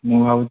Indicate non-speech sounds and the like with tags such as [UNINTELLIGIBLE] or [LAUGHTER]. ମୁଁ [UNINTELLIGIBLE]